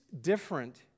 different